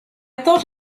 thought